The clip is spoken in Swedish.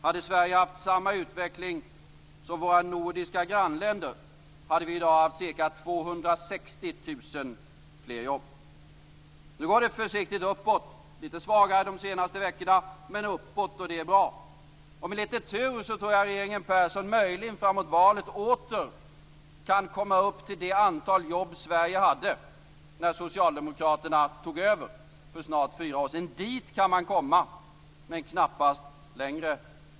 Hade Sverige haft samma utveckling som våra nordiska grannländer hade vi i dag haft ca 260 000 fler jobb. Nu går det försiktigt uppåt - litet svagare de senaste veckorna, men uppåt. Det är bra. Med litet tur tror jag att regeringen Persson framåt valet möjligen åter kan komma upp till det antal jobb Sverige hade när socialdemokraterna tog över för snart fyra år sedan. Dit kan man komma, men knappast längre.